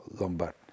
Lombard